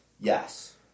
Yes